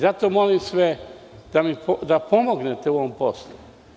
Zato molim sve da pomognete u ovom poslu.